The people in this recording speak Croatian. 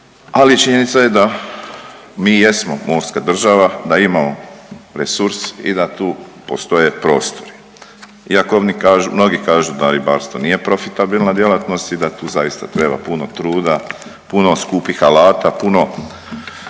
ali činjenica je da mi jesmo morska država, da imamo resurs i da tu postoje prostori. Iako mnogi kažu da ribarstvo nije profitabilna djelatnost i da tu zaista treba puno truda, puno skupih alata, puno